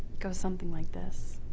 goes something like this.